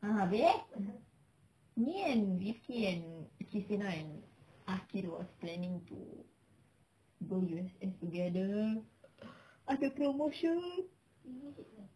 ah abeh me and ricky and christina and aqil was planning to go U_S_S together ada promotion